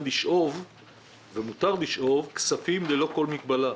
לשאוב ומותר לשאוב כספים ללא כל מגבלה.